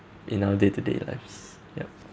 in our day to day lives yup